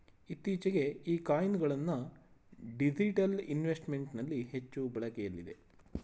ಇತ್ತೀಚೆಗೆ ಈ ಕಾಯಿನ್ ಗಳನ್ನ ಡಿಜಿಟಲ್ ಇನ್ವೆಸ್ಟ್ಮೆಂಟ್ ನಲ್ಲಿ ಹೆಚ್ಚು ಬಳಕೆಯಲ್ಲಿದೆ